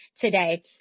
today